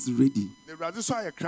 ready